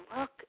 look